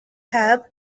have